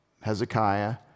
Hezekiah